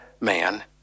man